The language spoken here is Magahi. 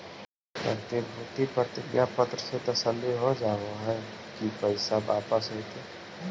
प्रतिभूति प्रतिज्ञा पत्र से तसल्ली हो जावअ हई की पैसा वापस अइतइ